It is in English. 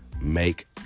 make